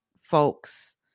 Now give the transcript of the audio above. folks